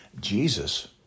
Jesus